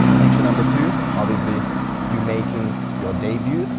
picture number two, obviously you making your debut.